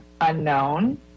unknown